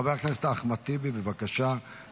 חבר הכנסת אחמד טיבי, בבקשה.